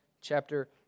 chapter